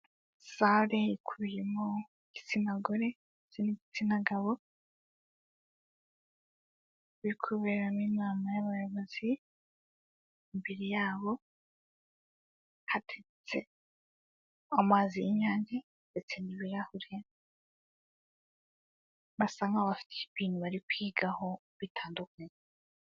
Sale ikubiyemo gitsina gore n'igitsina gabo, iri kuberamo inama y'abayobozi, imbere yabo hateretse amazi y'inyange ndetse n'ibirahure, basa nk'aho bafite ibintu bari kwigaho bitandukanye.